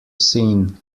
scene